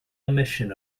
emission